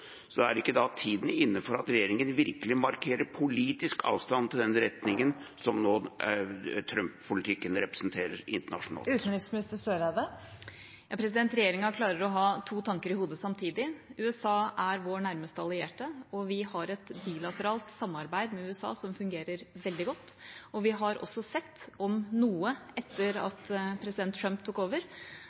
er ikke tiden da inne for at regjeringen virkelig markerer politisk avstand til den retningen som Trump-politikken representerer internasjonalt? Regjeringa klarer å ha to tanker i hodet samtidig. USA er vår nærmeste allierte. Vi har et bilateralt samarbeid med USA som fungerer veldig godt, og vi har – om noe – også sett at etter at president Trump tok over,